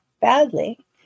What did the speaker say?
badly